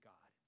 God